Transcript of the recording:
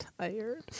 tired